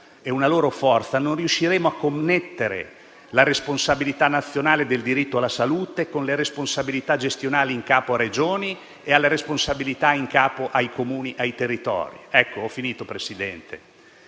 e una loro forza, non riusciremo a connettere la responsabilità nazionale del diritto alla salute con le responsabilità gestionali in capo alle Regioni e alle responsabilità in capo ai Comuni e ai territori. Signor Presidente,